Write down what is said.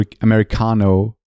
Americano